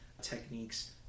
techniques